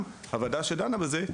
בנוסף, הוועדה שדנה בנושא הזה,